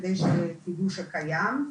כדי שתדעו שקיים.